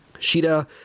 shida